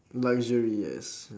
luxury yes